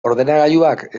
ordenagailuak